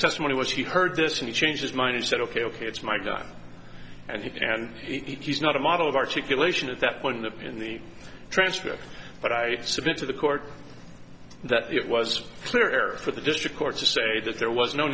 testimony was he heard this and he changed his mind and said ok ok it's my guy and he and he's not a model of articulation at that point in the in the transcript but i submit to the court that it was clear air for the district court to say that there was no